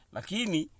Lakini